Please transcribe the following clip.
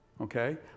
okay